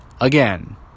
Again